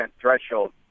threshold